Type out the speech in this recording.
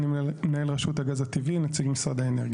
אני מנהל רשות הגז הטבעי, נציג משרד האנרגיה.